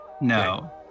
No